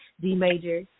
D-Major